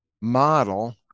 model